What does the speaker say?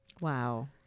Wow